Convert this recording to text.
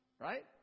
Right